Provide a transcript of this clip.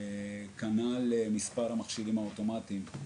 כנ"ל גם מספר המכשירים האוטומטיים.